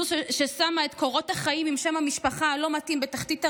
זו ששמה את קורות החיים עם שם המשפחה הלא-מתאים בתחתית הרשימה,